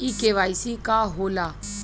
इ के.वाइ.सी का हो ला?